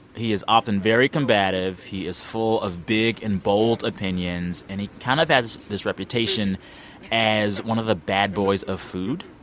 he is often very combative. he is full of big and bold opinions. and he kind of has this reputation as one of the bad boys of food.